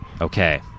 Okay